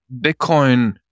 Bitcoin